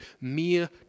mere